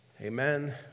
amen